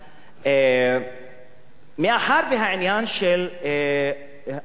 מאחר שהעניין של זכויות